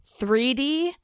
3D